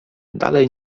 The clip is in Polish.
dalej